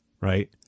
right